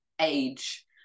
age